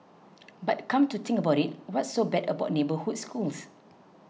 but come to think about it what's so bad about neighbourhood schools